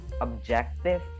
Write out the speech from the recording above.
objective